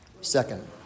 Second